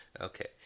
Okay